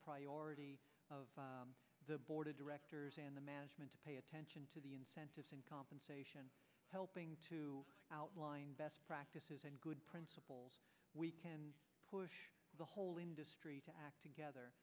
priority of the board of directors and the management to pay attention to the incentives and compensation helping to outline best practices and good principles we can push the whole industry to act together